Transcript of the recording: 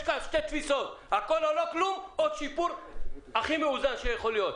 יש פה שתי תפיסות: הכול או לא כלום או שיפור הכי מאוזן שיכול להיות.